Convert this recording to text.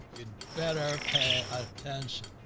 better pay attention,